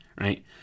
Right